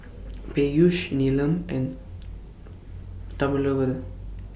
Peyush Neelam and